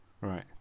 Right